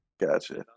Gotcha